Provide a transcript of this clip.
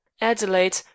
adelaide